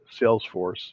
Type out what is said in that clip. Salesforce